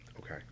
Okay